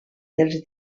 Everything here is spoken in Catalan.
dels